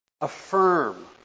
affirm